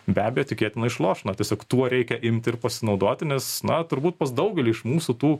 be abejo tikėtina išloš na tiesiog tuo reikia imti ir pasinaudoti nes na turbūt pas daugelį iš mūsų tų